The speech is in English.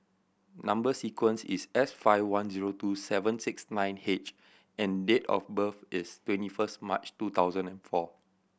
number sequence is S five one zero two seven six nine H and date of birth is twenty first March two thousand and four